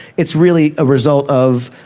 it's really a result of,